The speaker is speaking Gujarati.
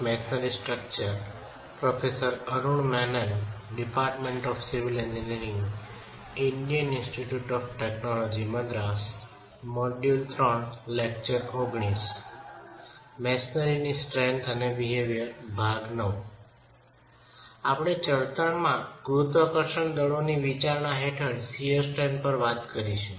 મેશનરી ઈંટો થી બનેલી દિવાલ ની સ્ટ્રેંથ અને બિહેવ્યર 9 આપણે ચણતરમાં ગુરુત્વાકર્ષણ દળોની વિચારણા હેઠળ શિઅર સ્ટ્રેન્થ પર વાત કરશું